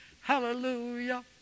hallelujah